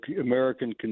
American